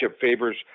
favors